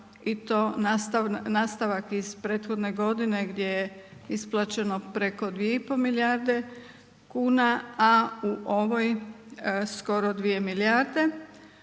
i to nastavak iz prethodne godine gdje je isplaćeno preko 2,5 milijarde kuna a u ovoj skoro 2 milijarde